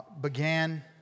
began